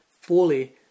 fully